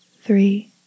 three